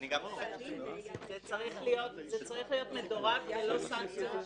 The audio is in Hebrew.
אפשר להעביר את זה כך ולדון בזה בהמשך.